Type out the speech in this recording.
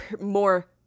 more